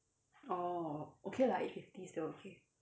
orh okay lah eight fifty still okay